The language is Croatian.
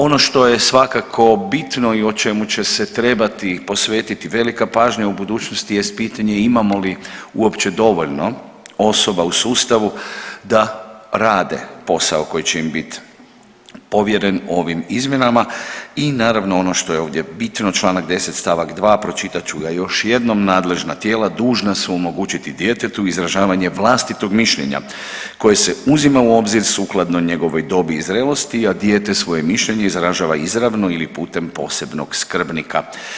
Ono što je svakako bitno i o čemu će se trebati posvetiti velika pažnja u budućnost jest pitanje imamo li uopće dovoljno osoba u sustavu da rade posao koji će im biti povjeren ovim izmjenama i naravno ono što je ovdje bitno članak 10. stavak 2. pročitat ću ga još jednom nadležna tijela dužna su omogućiti djetetu izražavanje vlastitog mišljenja koje se uzima u obzir sukladno njegovoj dobi i zrelosti, a dijete svoje mišljenje izražava izravno ili putem posebnog skrbnika.